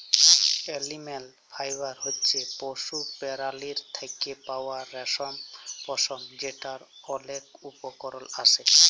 animal fibre হছে পশু পেরালীর থ্যাকে পাউয়া রেশম, পশম যেটর অলেক উপকরল আসে